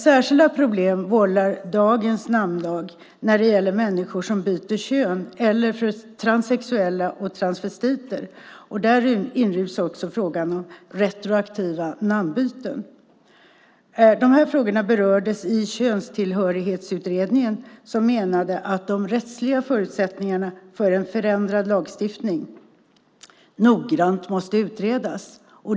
Särskilda problem vållar dagens namnlag för människor som byter kön eller för transsexuella och transvestiter. Där inryms också frågan om retroaktiva namnbyten. Dessa frågor berördes i Könstillhörighetsutredningen, som menade att de rättsliga förutsättningarna för en förändrad lagstiftning noggrant måste utredas.